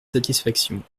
satisfaction